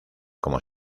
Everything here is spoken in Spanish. como